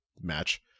match